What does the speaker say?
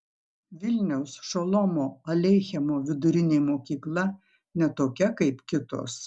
vilniaus šolomo aleichemo vidurinė mokykla ne tokia kaip kitos